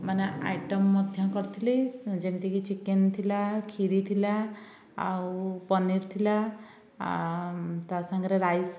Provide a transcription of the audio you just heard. ମାନେ ଆଇଟମ୍ ମଧ୍ୟ କରିଥିଲି ଯେମିତିକି ଚିକେନ୍ ଥିଲା ଖିରୀ ଥିଲା ଆଉ ପନିର୍ ଥିଲା ଆ ଆ ତା' ସାଙ୍ଗରେ ରାଇସ୍